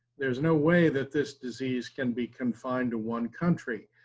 there's no way that this disease can be confined to one country.